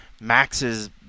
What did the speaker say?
Max's